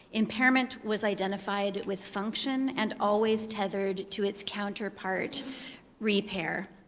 impairment was identified with function and always tethered to its counterpart repair.